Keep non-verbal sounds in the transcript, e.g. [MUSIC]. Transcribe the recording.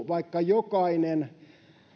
[UNINTELLIGIBLE] vaikka jokainen